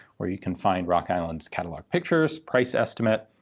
where you can find rock island's catalogue pictures, price estimate,